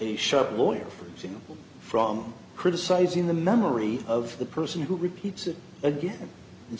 a sharp lawyer for example from criticizing the memory of the person who repeats it again and